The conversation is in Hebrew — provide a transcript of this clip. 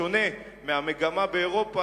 בשונה מהמגמה באירופה,